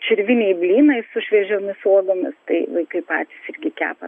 čirviniai blynai su šviežiomis uogomis tai vaikai patys irgi kepa